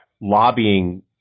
lobbying